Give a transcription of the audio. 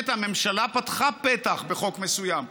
הממשלה פתחה פתח בחוק מסוים,